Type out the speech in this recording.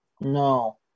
No